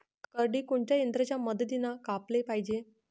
करडी कोनच्या यंत्राच्या मदतीनं कापाले पायजे?